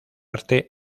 arte